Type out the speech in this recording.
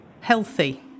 healthy